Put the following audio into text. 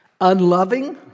Unloving